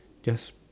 just